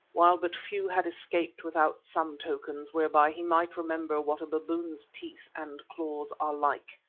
while but few had escaped without some tokens whereby he might remember what a baboon's teeth and claws are like.